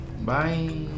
bye